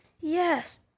yes